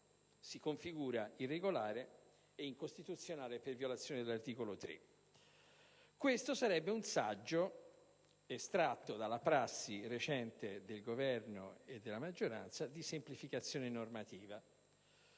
si configura irregolare e incostituzionale per violazione dell'articolo 3 della Costituzione. Questo sarebbe un saggio, estratto dalla prassi recente del Governo e della maggioranza, di semplificazione normativa,